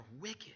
wicked